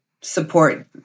support